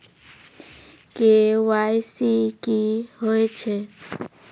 KYC की होय छै?